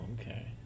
okay